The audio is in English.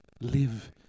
live